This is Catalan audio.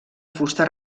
fusta